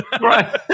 Right